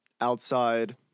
outside